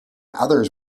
others